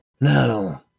no